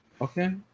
Okay